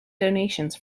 donations